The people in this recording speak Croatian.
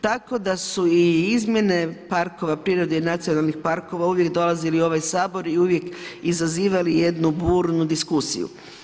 Tako da su i izmjene parkova prirode i nacionalnih parkova uvijek dolazili u ovaj Sabor i uvijek izazivali jednu burnu diskusiju.